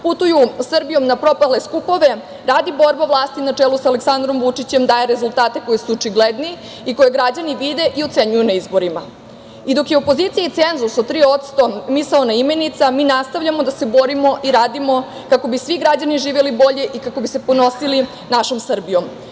putuju Srbijom na propale skupove, rad i borba vlasti na čelu sa Aleksandrom Vučićem daje rezultate koji su očigledni i koje građani vide i ocenjuju na izborima. Dok je opoziciji cenzus od 3% misaona imenica, mi nastavljamo da se borimo i radimo kako bi svi građani živeli bolje i kako bi se ponosili našom Srbijom.U